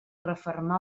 refermar